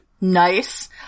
Nice